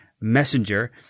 messenger